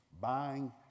buying